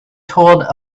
told